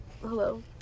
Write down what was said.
Hello